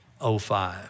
05